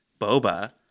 Boba